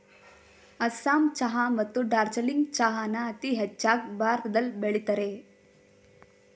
ಅಸ್ಸಾಂ ಚಹಾ ಮತ್ತು ಡಾರ್ಜಿಲಿಂಗ್ ಚಹಾನ ಅತೀ ಹೆಚ್ಚಾಗ್ ಭಾರತದಲ್ ಬೆಳಿತರೆ